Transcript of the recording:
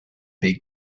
big